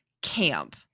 camp